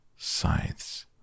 Scythes